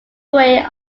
way